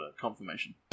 confirmation